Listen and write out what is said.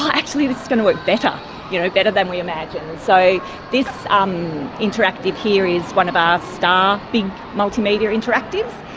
actually, this is going to work better you know better than we imagined. so this um interactive here is one of our star big multimedia interactives,